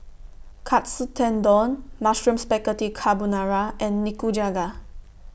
Katsu Tendon Mushroom Spaghetti Carbonara and Nikujaga